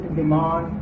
demand